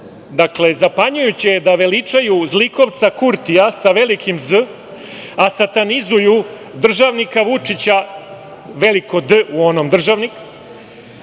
Dakle, zapanjujuće je da veličaju zlikovca Kurtija, sa velikim Z, a satanizuju državnika Vučića, veliko D u onom državnik,